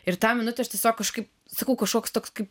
ir tą minutę aš tiesiog kažkaip sakau kažkoks toks kaip